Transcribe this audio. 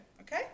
Okay